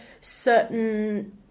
certain